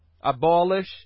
abolish